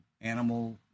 animal